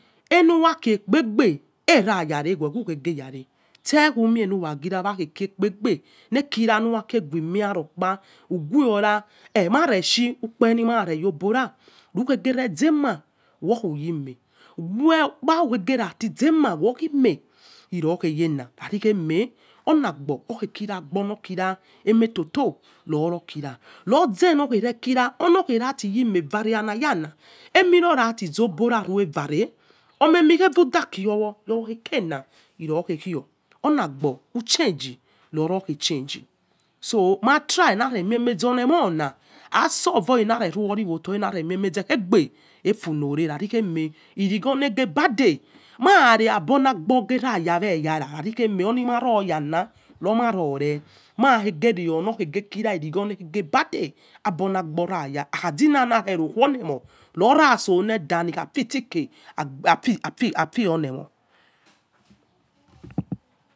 Eluwa kepegbe era yare we ughinege yare, ulunea kepegbe le kira, uluwa kogume arokpa oguara eh i kela rashi ukpe re hi ma reshi yo bora zama wa khu yema we ro kpa ughu mati ye me, uzema workhi me hiye khaer kheme olagbo orkhe kich agbo no kira emetoto kherokira otoghe rati yemeh vare chia yana, eme nọ nati zobora revare, eme mu ghe vaki yowo yo ekela hiyo rekhori, alagbo uchangi le ghe change, so mao toy na make sure orlemona ai solve hare reotune, mare meimeze egbe ofude. Keigwo le ge bade mai rebonaigbo raya wo eyara orni maro yala khavi kheme orhi mao yala hi maire mai ghe kene laigwo legebode abona igbo khaya, akhazina rero ghuolemo nokha sole, than afi seke yo temoh.